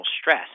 stress